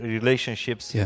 relationships